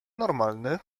normalny